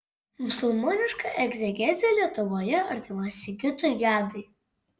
musulmoniška egzegezė lietuvoje artima sigitui gedai